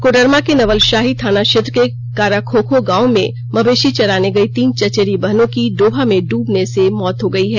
कोडरमा के नवलशाही थाना क्षेत्र के काराखोखो गांव में मवेशी चराने गई तीन चचेरी बहनों की डोभा में डबने से मौत हो गई है